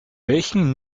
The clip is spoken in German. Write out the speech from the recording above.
welchen